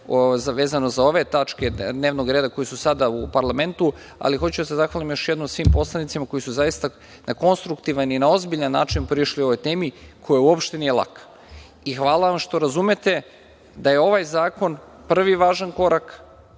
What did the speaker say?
vezano za ove tačke dnevnog reda koje su sada u parlamentu, ali hoću da se zahvalim još jednom svim poslanicima koji su zaista na konstruktivan i na ozbiljan način prišli ovoj temi, koja uopšte nije laka. Hvala vam što razumete da je ovaj zakon prvi važan korak